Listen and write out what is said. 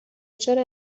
چرا